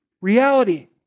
reality